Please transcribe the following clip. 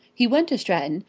he went to stratton,